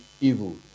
evil